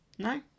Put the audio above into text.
No